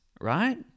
right